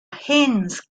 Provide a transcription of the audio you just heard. gens